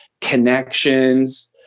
connections